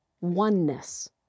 oneness